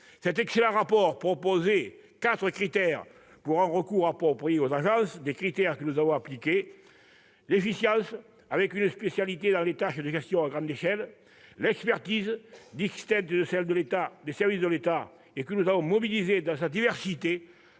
Cet excellent rapport prévoyait quatre critères pour un recours approprié aux agences. Nous les avons appliqués : l'efficience, avec une spécialité dans des tâches de gestion à grande échelle ; l'expertise, distincte de celle des services de l'État et que nous avons mobilisée dans sa diversité,